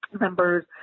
members